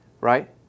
Right